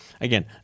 again